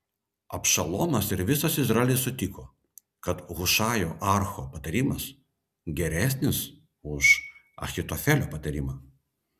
abšalomas ir visas izraelis sutiko kad hušajo archo patarimas geresnis už ahitofelio patarimą